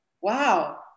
Wow